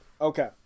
okay